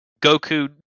Goku